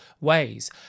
ways